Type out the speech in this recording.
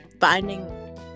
finding